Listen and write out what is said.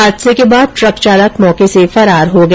हादसे के बाद ट्रक चालक मौके से फरार हो गया